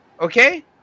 Okay